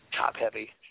top-heavy